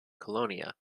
colonia